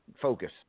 Focus